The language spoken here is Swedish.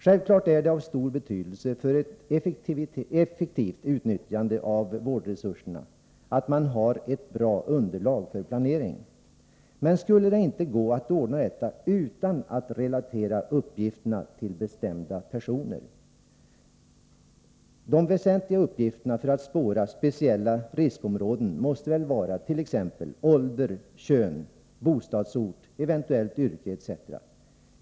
Självfallet är det av stor betydelse för ett effektivt utnyttjande av vårdresurserna att man har ett bra underlag för planeringen. Men skulle det inte gå att ordna detta utan att relatera uppgifterna till bestämda personer? De väsentliga uppgifterna för att spåra speciella riskområden måste väl vara ålder, kön, bostadsort, eventuellt yrke, etc.